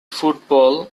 football